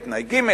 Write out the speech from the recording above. בתנאי ג',